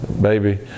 Baby